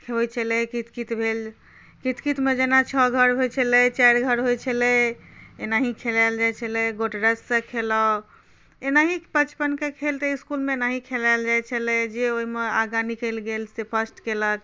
होइत छलै कितकित भेल कितकितमे जेना छओ घर होइत छलै चारि घर होइत छलै एनाही खेलायल जाइत छलै गोटरससँ खेलाउ एनेही बचपनके खेल तऽ इस्कुलमे एनाही खेलायल जाइत छलै जे ओहिमे आगाँ निकलि गेल से फर्स्ट कयलक